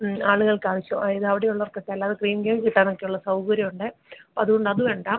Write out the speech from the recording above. മ് ആളുകൾക്ക് ആവശ്യം അതായത് അവിടെയുള്ളവർക്ക് എല്ലാതരം ക്രീം കേക്ക് കിട്ടാനായിട്ടുള്ള സൗകരര്യം ഉണ്ട് അത്കൊണ്ടത് വേണ്ട